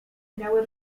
miały